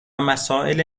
مسائل